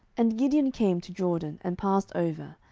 and gideon came to jordan, and passed over,